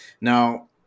now